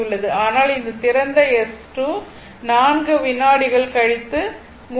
ஆனால் இது திறந்த S2 4 விநாடிகள் கழித்து மூடப்படும்